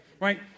Right